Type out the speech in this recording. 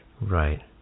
Right